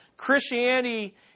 Christianity